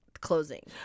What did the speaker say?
closing